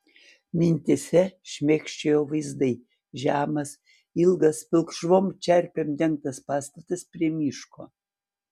mintyse šmėkščiojo vaizdai žemas ilgas pilkšvom čerpėm dengtas pastatas prie miško